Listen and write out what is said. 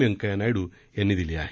व्यंकय्या नायडू यांनी दिली आहे